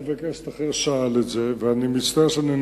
חבר הכנסת דוד אזולאי שאל את שר הביטחון ביום